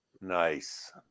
Nice